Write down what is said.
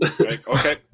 Okay